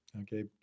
okay